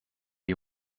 die